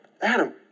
Adam